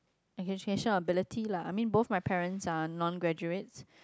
education ability lah both my parents are non graduate